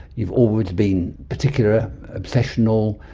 you've always been particular, obsessional,